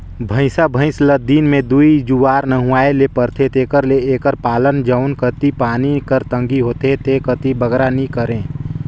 भंइसा भंइस ल दिन में दूई जुवार नहुवाए ले परथे तेकर ले एकर पालन जउन कती पानी कर तंगी होथे ते कती बगरा नी करें